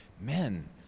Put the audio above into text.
Men